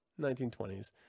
1920s